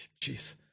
Jeez